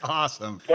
awesome